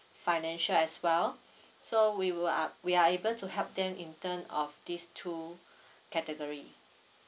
financial as well so we will are we are able to help them in term of these two category